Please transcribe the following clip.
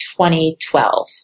2012